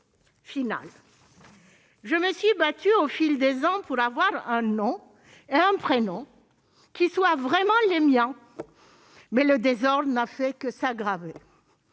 final. Je me suis battue au fil des ans pour avoir un nom et un prénom qui soient vraiment les miens, mais le désordre n'a fait que s'aggraver.